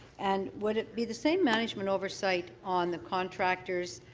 and would it be the same management oversight on the contractors,